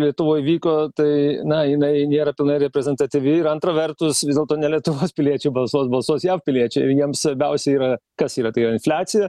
lietuvoj vyko tai na jinai nėra pilnai reprezentatyvi ir antra vertus vis dėlto ne lietuvos piliečiai balsuos balsuos jav piliečiai kr jiems svarbiausia yra kas yra tai yra infliacija